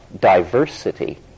diversity